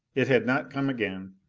it had not come again,